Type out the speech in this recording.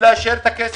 ולאשר את הכסף.